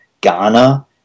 Ghana